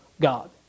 God